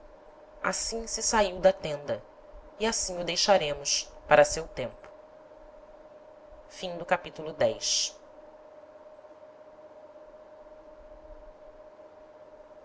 assim se saiu da tenda e assim o deixaremos para seu tempo capitulo xi de